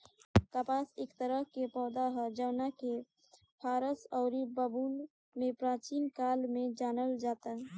कपास एक तरह के पौधा ह जवना के फारस अउरी बाबुल में प्राचीन काल से जानल जाता